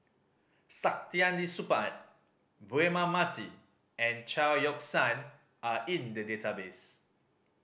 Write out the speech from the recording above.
Saktiandi Supaat Braema Mathi and Chao Yoke San are in the database